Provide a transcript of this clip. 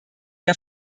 der